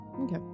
Okay